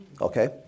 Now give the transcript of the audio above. Okay